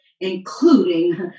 Including